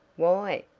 why?